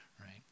right